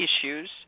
issues –